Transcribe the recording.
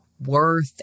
worth